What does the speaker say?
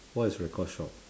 what is record shop